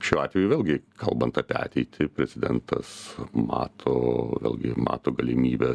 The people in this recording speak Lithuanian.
šiuo atveju vėlgi kalbant apie ateitį prezidentas mato vėlgi mato galimybes